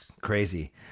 Crazy